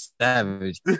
Savage